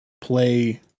play